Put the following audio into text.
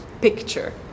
picture